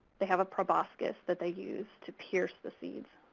they have a proboscis that they used to pierce the seeds.